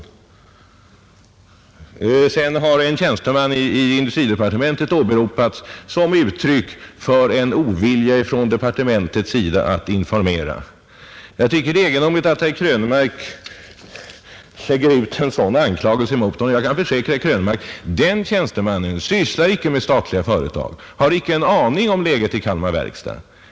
Sedan har en tjänsteman i industridepartementet åberopats för att belägga en ovilja från departementet att informera. Jag tycker det är egendomligt att herr Krönmark riktar en sådan anklagelse mot honom utan att på något sätt gjort sig underrättad om förhållandena. Jag kan försäkra herr Krönmark att den tjänstemannen inte sysslar med statliga företag; han hade inte en aning om läget vid Kalmar verkstad.